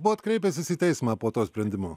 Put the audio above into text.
buvot kreipęsis į teismą po to sprendimo